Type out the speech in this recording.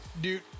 Dude